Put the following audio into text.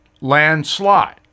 Landslide